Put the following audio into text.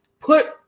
put